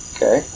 Okay